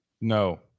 No